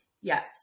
Yes